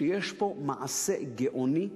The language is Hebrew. שיש פה מעשה גאוני,